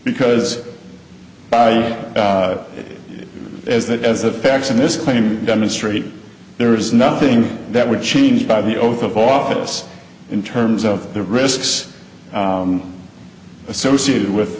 because as that as the facts in this claim demonstrate there is nothing that would change by the oath of office in terms of the risks associated with